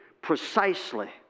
precisely